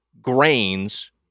grains